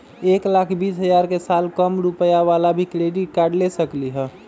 एक लाख बीस हजार के साल कम रुपयावाला भी क्रेडिट कार्ड ले सकली ह?